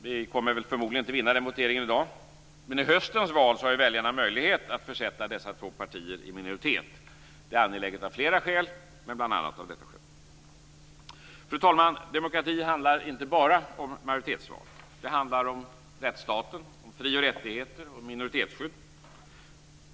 Vi kommer förmodligen inte att vinna voteringen i dag, men i höstens val har väljarna möjlighet att försätta dessa två partier i minoritet. Det är angeläget av flera skäl, bl.a. detta skäl. Fru talman! Demokrati handlar inte bara om majoritetsval, utan det handlar om rättsstaten, om fri och rättigheter och om minoritetsskydd.